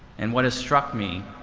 and what has struck me,